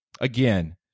again